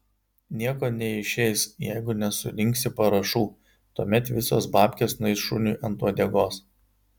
nieko neišeis jeigu nesurinksi parašų tuomet visos babkės nueis šuniui ant uodegos